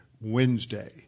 Wednesday